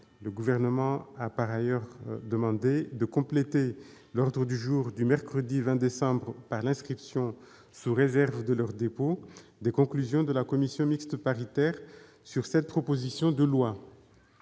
prévue le mardi 19 décembre, et de compléter l'ordre du jour du mercredi 20 décembre par l'inscription, sous réserve de leur dépôt, des conclusions de la commission mixte paritaire sur cette proposition de loi.